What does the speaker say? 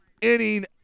inning